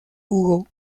hugo